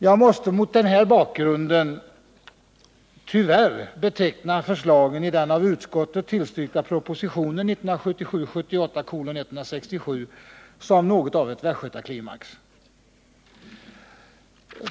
Jag måste mot den här bakgrunden tyvärr beteckna förslagen i den av utskottet tillstyrkta propositionen 1977/78:167 som något av en västgötaklimax.